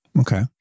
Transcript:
Okay